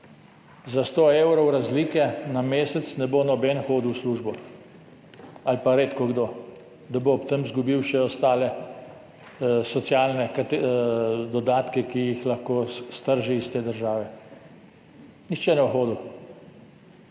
za 100 evrov razlike na mesec ne bo noben hodil v službo ali pa redkokdo, da bo ob tem izgubil še ostale socialne dodatke, ki jih lahko iztrži iz te države. Nihče ne bo hodil.